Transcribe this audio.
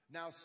Now